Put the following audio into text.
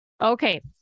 okay